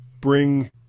bring